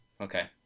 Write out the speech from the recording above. okay